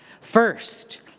First